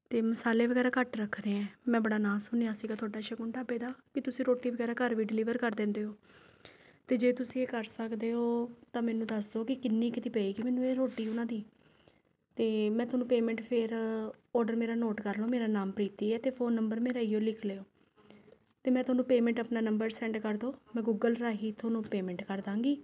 ਅਤੇ ਮਸਾਲੇ ਵਗੈਰਾ ਘੱਟ ਰੱਖਣੇ ਹੈ ਮੈਂ ਬੜਾ ਨਾਂ ਸੁਣਿਆ ਸੀਗਾ ਤੁਹਾਡਾ ਸ਼ਗੁਨ ਢਾਬੇ ਦਾ ਕਿ ਤੁਸੀਂ ਰੋਟੀ ਵਗੈਰਾ ਘਰ ਵੀ ਡਿਲੀਵਰ ਕਰ ਦਿੰਦੇ ਹੋ ਅਤੇ ਜੇ ਤੁਸੀਂ ਇਹ ਕਰ ਸਕਦੇ ਹੋ ਤਾਂ ਮੈਨੂੰ ਦੱਸ ਦਿਉ ਕਿ ਕਿੰਨੀ ਕੁ ਦੀ ਪਏਗੀ ਮੈਨੂੰ ਇਹ ਰੋਟੀ ਉਹਨਾਂ ਦੀ ਅਤੇ ਮੈਂ ਤੁਹਾਨੂੰ ਪੇਮੈਂਟ ਫੇਰ ਆਰਡਰ ਮੇਰਾ ਨੋਟ ਕਰ ਲਉ ਮੇਰਾ ਨਾਮ ਪ੍ਰੀਤੀ ਹੈ ਅਤੇ ਫ਼ੋਨ ਨੰਬਰ ਮੇਰਾ ਇਹੀ ਓ ਲਿਖ ਲਿਉ ਅਤੇ ਮੈਂ ਤੁਹਾਨੂੰ ਪੇਮੈਂਟ ਆਪਣਾ ਨੰਬਰ ਸੈਂਡ ਕਰ ਦਿਉ ਮੈਂ ਗੂਗਲ ਰਾਹੀਂ ਤੁਹਾਨੂੰ ਪੇਮੈਂਟ ਕਰ ਦੇਵਾਂਗੀ